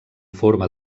forma